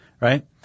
right